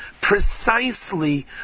precisely